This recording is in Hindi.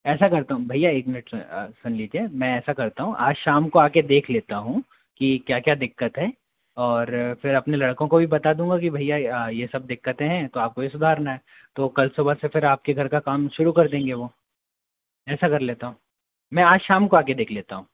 ऐसा करता हूँ भईया एक मिनट सुन लीजिये मैं ऐसा करता हूँ आज शाम को आकर देख लेता हूँ की क्या क्या दिक्कत है और फिर अपने लड़कों को भी बता दूँगा की भैया यह सब दिक्कते हैं तो आपको यह सुधारना है तो कल सुबह से फिर आपके घर का काम शुरू कर देंगे तो ऐसा कर लेता हूँ मैं आज शाम को आकर देख लेता हूँ